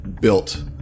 built